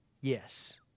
Yes